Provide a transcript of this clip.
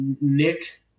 Nick